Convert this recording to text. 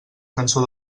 cançó